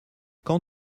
quand